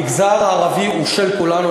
המגזר הערבי הוא של כולנו,